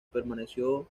permaneció